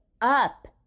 up